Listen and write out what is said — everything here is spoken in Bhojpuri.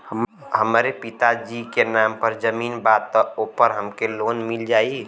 हमरे पिता जी के नाम पर जमीन बा त ओपर हमके लोन मिल जाई?